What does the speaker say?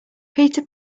peter